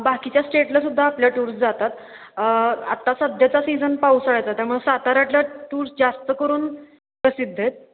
बाकीच्या स्टेटला सुद्धा आपल्या टूर्स जातात आत्ता सध्याचा सीझन पावसाळाचा त्यामुळे साताऱ्यातल्या टूर्स जास्त करून प्रसिद्ध आहेत